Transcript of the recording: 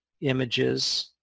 images